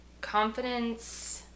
confidence